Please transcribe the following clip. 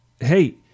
hey